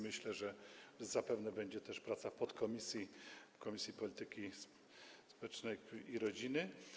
Myślę, że zapewne będzie też praca w podkomisji Komisji Polityki Społecznej i Rodziny.